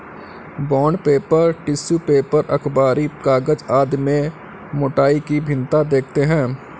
bond paper, tissue paper, अखबारी कागज आदि में मोटाई की भिन्नता देखते हैं